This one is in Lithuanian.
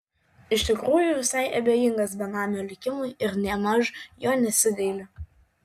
iš tikrųjų visai abejingas benamio likimui ir nėmaž jo nesigaili